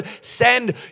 Send